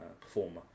performer